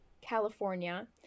California